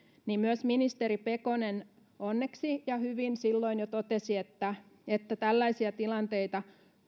myös ministeri pekonen onneksi ja hyvin silloin jo totesi että että tällaisia tilanteita